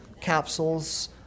capsules